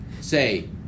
say